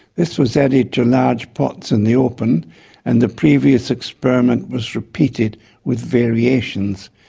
this was added to large pots in the open and the previous experiment was repeated with variations,